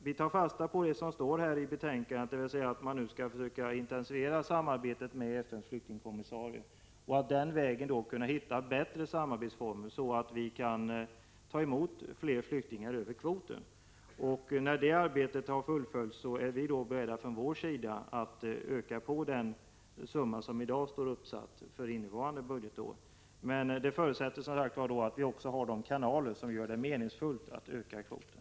Vi tar fasta på det som står i betänkandet, att man nu skall försöka intensifiera samarbetet med FN:s flyktingkommissarie för att den vägen finna bättre samarbetsformer, så att det blir möjligt att ta emot fler flyktingar på kvoten. När det arbetet har fullföljts är vi på vår sida beredda att öka den summa som står uppsatt för innevarande budgetår. Men det förutsätter att vi har de kanaler som gör det meningsfullt att öka kvoten.